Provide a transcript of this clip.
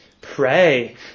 Pray